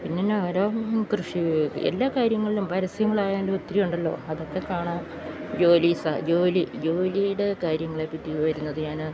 പിന്നെന്താണ് ഓരോ കൃഷിയും എല്ലാ കാര്യങ്ങളിലും പരസ്യങ്ങളായാലും ഒത്തിരിയുണ്ടല്ലോ അതൊക്കെ കാണാം ജോലി ജോലിയുടെ കാര്യങ്ങളെ പറ്റി വരുന്നത് ഞാന്